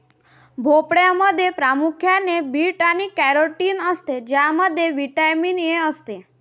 भोपळ्यामध्ये प्रामुख्याने बीटा आणि कॅरोटीन असते ज्यामध्ये व्हिटॅमिन ए असते